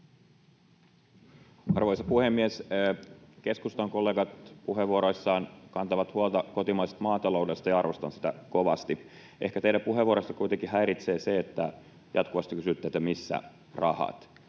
Arvoisa puhemies! Keskustan kollegat puheenvuoroissaan kantavat huolta kotimaisesta maataloudesta, ja arvostan sitä kovasti. Ehkä teidän puheenvuoroissanne kuitenkin häiritsee se, että jatkuvasti kysytte, missä rahat,